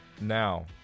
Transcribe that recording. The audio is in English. Now